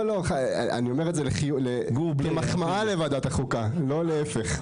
אני אומר את כמחמאה לוועדת החוקה, לא להיפך.